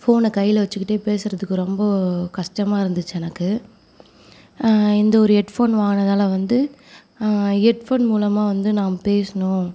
ஃபோனை கையில வச்சிக்கிட்டே பேசுறதுக்கு ரொம்ப கஷ்டமாக இருந்துச்சு எனக்கு இந்த ஒரு ஹெட் ஃபோன் வாங்கினதால வந்து ஹெட் ஃபோன் மூலமாக வந்து நான் பேசணும்